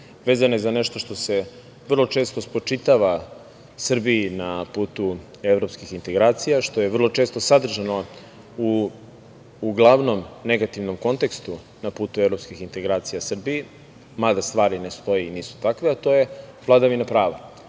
Vezana je za nešto što se vrlo često spočitava Srbiji na putu evropskih integracija, što je vrlo često sadržano uglavnom u negativnom kontekstu na putu evropskih integracija Srbiji, mada stvari ne stoje i nisu takve, a to je vladavina prava.